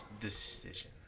decision